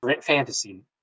fantasy